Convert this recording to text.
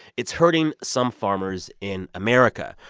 it's hurting some farmers in america.